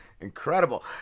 Incredible